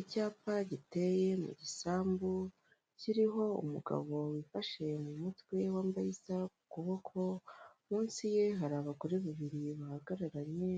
Icyapa giteye mu gisambu kiriho umugabo wifashe mu mutwe wambaye isaha ku kuboko, munsi ye hari abagore babiri bahagararanye,